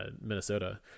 Minnesota